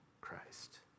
Christ